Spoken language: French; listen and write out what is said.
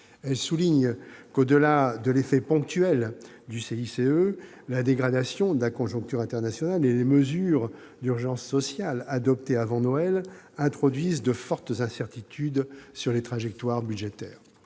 la compétitivité et l'emploi, le CICE, la dégradation de la conjoncture internationale et les mesures d'urgence sociale adoptées avant Noël introduisent de fortes incertitudes sur la trajectoire budgétaire.